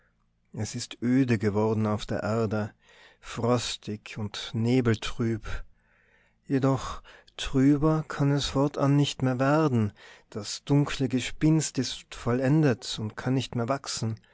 es ist öde geworden auf der erde frostig und nebeltrüb jedoch trüber kann es fortan nicht mehr werden das dunkle gespinst ist vollendet und kann nicht mehr wachsen